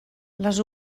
les